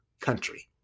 country